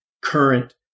current